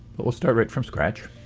but we'll start right from scratch